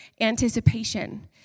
anticipation